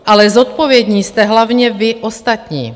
Ale zodpovědní jste hlavně vy ostatní.